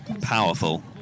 Powerful